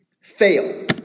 fail